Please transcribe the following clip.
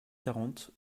quarante